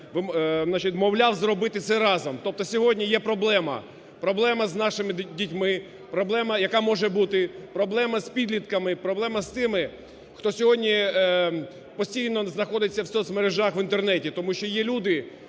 вмовляв зробити це разом. Тобто сьогодні є проблема, проблема з нашими дітьми, проблема, яка може бути, проблема з підлітками і проблема з тими, хто сьогодні постійно знаходиться в соцмережах в Інтернеті. Тому що є люди,